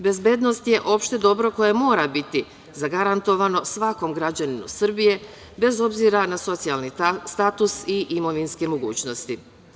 Bezbednost je opšte dobro koje mora biti zagarantovano svakom građaninu Srbije, bez obzira na socijalni status i imovinske mogućnosti.